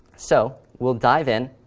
so we'll dive in,